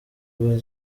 bwa